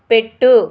పెట్టు